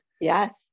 Yes